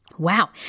Wow